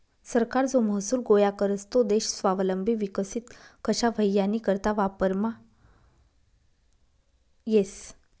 सरकार जो महसूल गोया करस तो देश स्वावलंबी विकसित कशा व्हई यानीकरता वापरमा येस